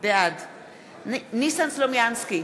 בעד ניסן סלומינסקי,